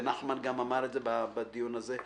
ונחמן שי גם אמר את זה בדיון הזה,